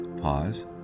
Pause